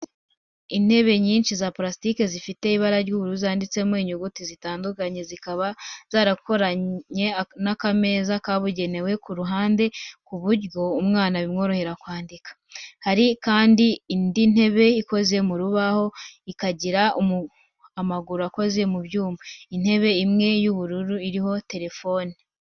Intebe nyinshi za purasitike zifite ibara ry'ubururu zanditseho inyuguti zitandukanye, zikaba zikoranye n’akameza kabugenewe ku ruhande ku buryo umwana bimworohera kwandika. Hari kandi indi ntebe ikoze mu rubaho ikagira amaguru akoze mu byuma. Intebe imwe y'ubururu iriho telefoni.